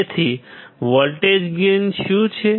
તેથી voltage gain શું છે